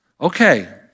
Okay